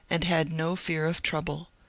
and had no fear of trouble.